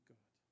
God